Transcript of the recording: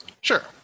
Sure